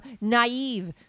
naive